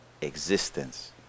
existence